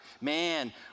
man